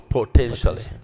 potentially